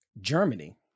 Germany